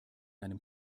einem